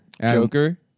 Joker